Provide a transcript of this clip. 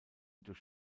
durch